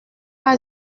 pas